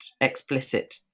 explicit